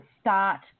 start